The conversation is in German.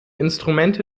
instrumente